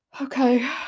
Okay